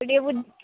ତୁ ଟିକେ ବୁଝ